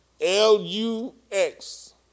L-U-X